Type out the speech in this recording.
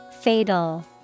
Fatal